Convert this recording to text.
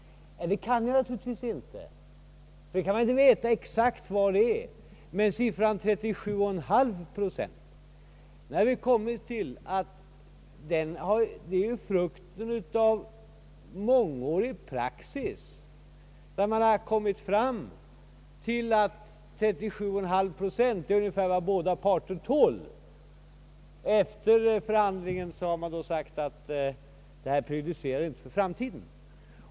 Det kan jag naturligtvis inte vara säker på. Jag kan inte veta exakt vad det är. Men siffran 37,5 procent är ju frukten av mångårig praxis. Man har kommit fram till att 37,5 procent är ungefär vad båda parter tål. Efter förhandlingen har man sagt att detta inte prejudicerar för framtiden.